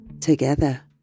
Together